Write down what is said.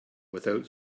without